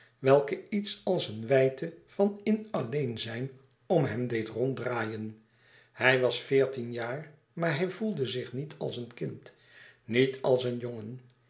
welke iets als eene wijdte van in alleen zijn om hem deed ronddraaien hij was veertien jaar maar hij voelde zich niet als een kind niet als een jongen